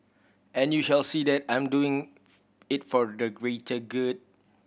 and you shall see that I'm doing it for the greater good